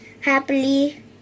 Happily